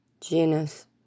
genus